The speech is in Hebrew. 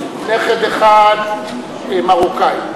נכד אחד מרוקאי,